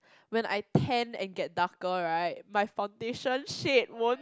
when I tan and get darker right my foundation shade won't